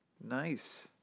Nice